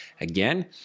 again